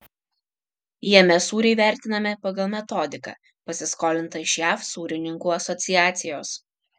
jame sūriai vertinami pagal metodiką pasiskolintą iš jav sūrininkų asociacijos